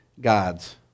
gods